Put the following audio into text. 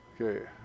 Okay